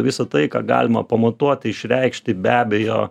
visa tai ką galima pamatuotai išreikšti be abejo